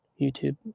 YouTube